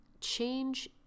change